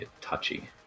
touchy